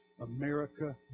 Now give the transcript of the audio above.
America